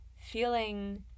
feeling